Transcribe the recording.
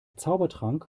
zaubertrank